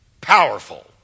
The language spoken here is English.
powerful